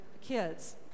kids